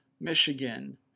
Michigan